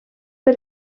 per